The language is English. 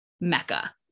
Mecca